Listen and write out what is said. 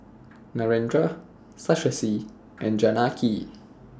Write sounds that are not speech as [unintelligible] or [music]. Narendra [unintelligible] and Janaki